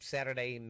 Saturday